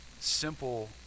simple